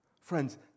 Friends